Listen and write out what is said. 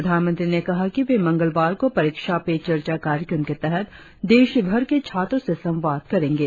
प्रधानमंत्री ने कहा कि वे मंगलवार को परीक्षा पे चर्चा कार्यक्रम के तहत देशभर के छात्रों से संवाद करेंगे